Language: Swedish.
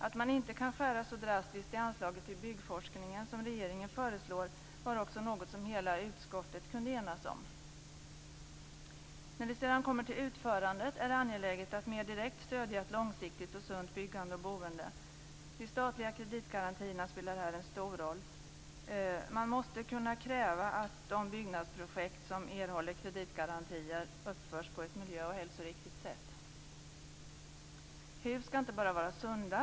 Att man inte kan skära så drastiskt i anslaget till byggforskningen som regeringen föreslår var också något som hela utskottet kunde enas om. När det sedan kommer till utförandet är det angeläget att mer direkt stödja ett långsiktigt och sunt byggande och boende. De statliga kreditgarantierna spelar här en stor roll. Man måste kunna kräva att de byggnadsprojekt som erhåller kreditgarantier uppförs på ett miljö och hälsoriktigt sätt. Hus skall inte bara vara sunda.